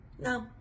No